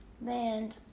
Band